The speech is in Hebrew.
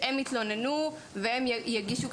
שהם יתלוננו והם יגישו.